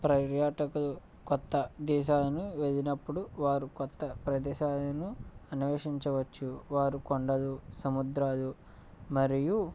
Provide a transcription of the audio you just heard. పర్యాటకులు కొత్త దేశాలను వెళ్ళినప్పుడు వారు కొత్త ప్రదేశాలను అన్వేషించవచ్చు వారు కొండలు సముద్రాలు మరియు